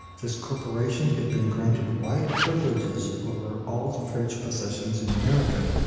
this corporation had been granted wide privileges over all the french possessions in america,